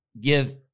give